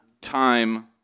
time